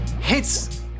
hits